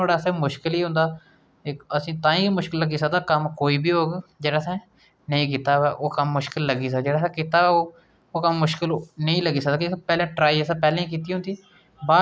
ते उन्ना अपने कोल चीज़ें दा बी संशय करो जादै संशय करने कन्नै जादा ढेर लानै कन्नै तुस उपयोग नेईं करगे ओह् बाद आह्ले लोग उपयोग करगे एह् मुंशी प्रेमचंद जी आक्खदे न फिर इक्क